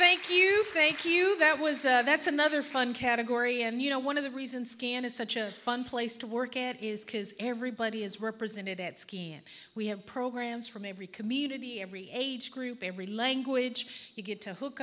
thank you thank you that was that's another fun category and you know one of the reasons scan is such a fun place to work at is because everybody is represented at ski and we have programs for maybe community every age group every language you get to hook